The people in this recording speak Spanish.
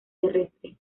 terrestres